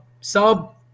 sub